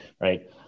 right